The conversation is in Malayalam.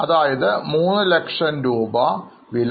അതായത് മൂന്നു ലക്ഷം രൂപ വില